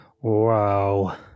Wow